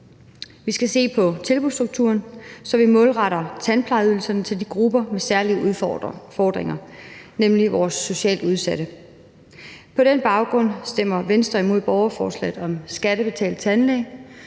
vi målretter tandplejeydelserne til grupperne med særlige udfordringer, nemlig vores socialt udsatte. På den baggrund stemmer Venstre imod borgerforslaget om skattebetalt tandlæge,